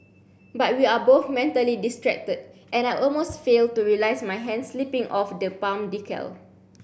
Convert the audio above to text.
but we are both mentally distracted and I almost fail to realise my hand slipping off the palm decal